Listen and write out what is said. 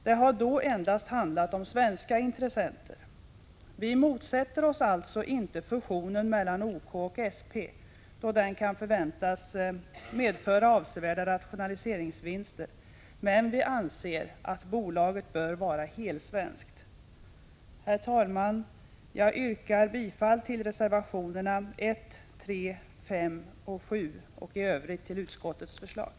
Det har då endast handlat om svenska intressenter. Vi motsätter oss alltså inte fusionen mellan OK och SP, då den kan förväntas medföra avsevärda rationaliseringsvinster. Men vi anser att bolaget bör vara helsvenskt. Herr talman! Jag yrkar bifall till reservationerna 1,3, 5 och 7 och i övrigt till utskottets hemställan.